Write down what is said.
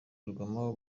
urugomo